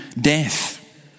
death